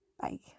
bye